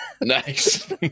Nice